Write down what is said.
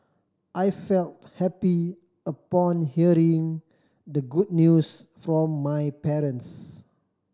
I felt happy upon hearing the good news from my parents